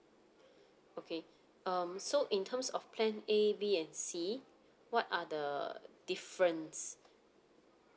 okay um so in terms of plan A B and C what are the difference